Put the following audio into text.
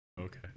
Okay